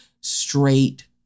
straight